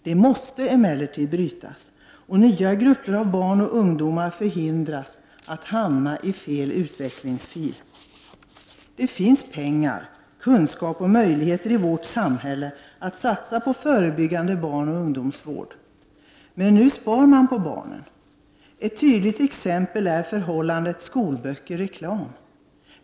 Det måste emellertid brytas och nya grupper av barn och ungdomar förhindras att hamna i fel utvecklingsfil. Det finns pengar, kunskap och möjligheter i vårt samhälle att satsa på förebyggande barnoch ungdomsvård. Men nu spar man på barnen. Ett tydligt exempel är förhållandet skolböcker—reklam.